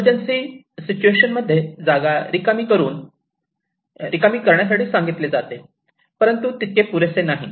emergency situation मध्ये जागा रिकामी करण्यासाठी सांगितले जाते परंतु तितके पुरेसे करत नाही